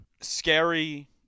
Scary